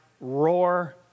roar